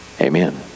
Amen